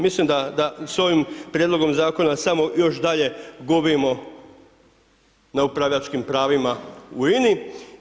Mislim da s ovim Prijedlogom Zakona samo još dalje gubimo na upravljačkim pravima u INA-i.